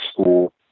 school